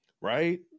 Right